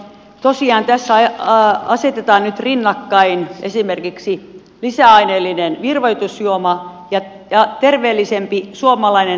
tosiaan tässä asetetaan nyt rinnakkain esimerkiksi lisäaineellinen virvoitusjuoma ja terveellisempi suomalainen marjavalmiste